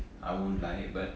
I won't lie but